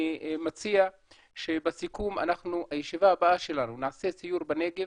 אני מציע שבישיבה הבאה שלנו נעשה סיור בנגב